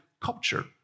culture